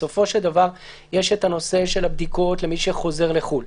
בסופו של דבר יש את הנושא של הבדיקות למי שחוזר לחו"ל,